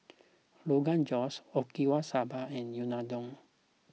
Rogan Josh Okinawa Soba and Unadon